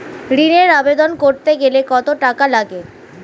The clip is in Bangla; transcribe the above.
ঋণের আবেদন করতে গেলে কত টাকা লাগে?